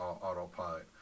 autopilot